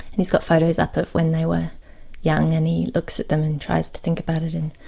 he's got photos up of when they were young and he looks at them and tries to think about it and